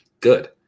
good